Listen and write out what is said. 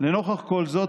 לנוכח כל זאת,